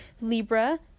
Libra